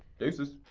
deuces,